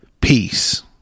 peace